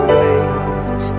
wait